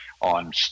on